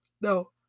No